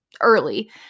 early